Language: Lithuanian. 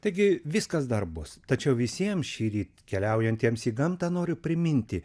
taigi vis kas dar bus tačiau visiems šįryt keliaujantiems į gamtą noriu priminti